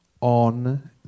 on